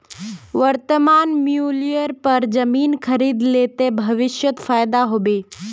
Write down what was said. वर्तमान मूल्येर पर जमीन खरीद ले ते भविष्यत फायदा हो बे